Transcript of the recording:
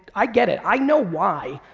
i get it, i know why,